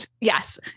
yes